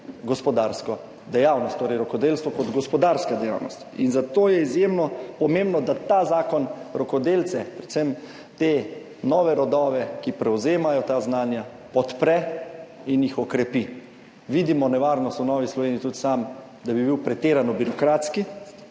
gospodarsko dejavnost, torej rokodelstvo kot gospodarska dejavnost. In zato je izjemno pomembno, da ta zakon rokodelce, predvsem te nove rodove, ki prevzemajo ta znanja, podpre in jih okrepi. V Novi Sloveniji, tudi sam, vidimo nevarnost, da bi bil pretirano birokratski.